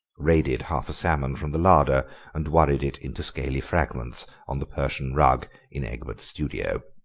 raided half a salmon from the larder and worried it into scaly fragments on the persian rug in egbert's studio.